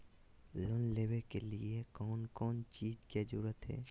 Loan लेबे के लिए कौन कौन चीज के जरूरत है?